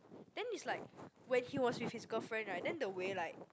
then it's like when he was with his girlfriend right then the way like